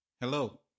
Hello